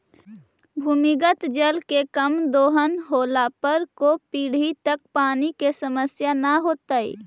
भूमिगत जल के कम दोहन होला पर कै पीढ़ि तक पानी के समस्या न होतइ